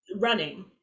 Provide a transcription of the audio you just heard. running